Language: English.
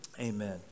Amen